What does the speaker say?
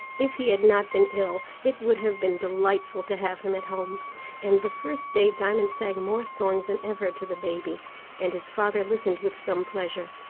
if he had not been ill, it would have been delightful to have him at home and the first day diamond sang more songs than ever to the baby, and his father listened with some pleasure.